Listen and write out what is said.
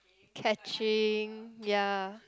catching ya